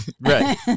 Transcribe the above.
Right